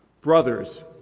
Brothers